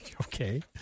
Okay